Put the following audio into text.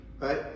right